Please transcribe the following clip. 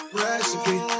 recipe